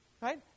Right